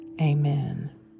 Amen